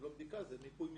זו לא בדיקה, זה מיפוי מתקנים.